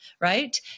right